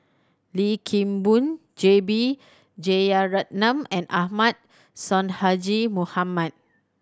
Lim Kim Boon J B Jeyaretnam and Ahmad Sonhadji Mohamad